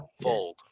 fold